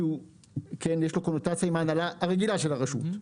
כי יש לו קונוטציה להנהלה הרגילה של הרשות.